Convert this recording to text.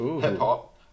hip-hop